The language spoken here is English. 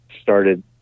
started